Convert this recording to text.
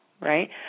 right